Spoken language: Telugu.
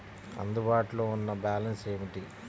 అందుబాటులో ఉన్న బ్యాలన్స్ ఏమిటీ?